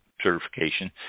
certification